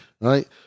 Right